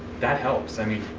that helps. i mean,